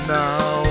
now